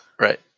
Right